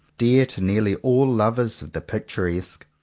dear to nearly all lovers of the picturesque,